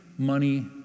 money